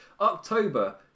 October